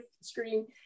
screen